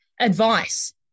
advice